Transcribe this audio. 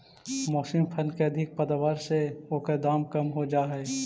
मौसमी फसल के अधिक पैदावार से ओकर दाम कम हो जाऽ हइ